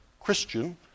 Christian